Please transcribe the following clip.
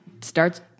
starts